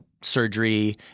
surgery